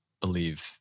believe